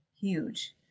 Huge